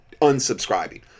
unsubscribing